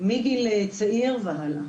מגיל צעיר והלאה.